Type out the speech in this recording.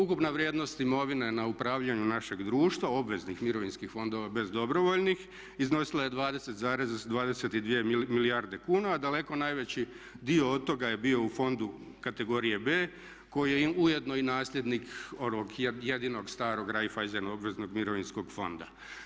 Ukupna vrijednost imovine na upravljanju našeg društva, obveznih mirovinskih fondova bez dobrovoljnih iznosila je 20,22 milijarde kuna, a daleko najveći dio od toga je bio u fondu kategorije B koji je ujedno i nasljednik onog jedinog starog Raiffeisen obveznog mirovinskog fonda.